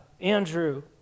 Andrew